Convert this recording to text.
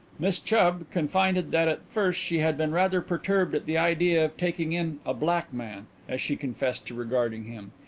miss chubb confided that at first she had been rather perturbed at the idea of taking in a black man, as she confessed to regarding him.